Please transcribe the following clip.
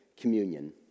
communion